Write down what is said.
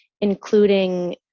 including